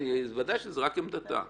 ודאי, זו רק עמדתה.